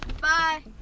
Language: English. bye